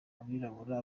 abirabura